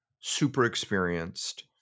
super-experienced